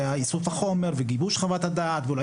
איסוף החומר וגיבוש חוות הדעת ואולי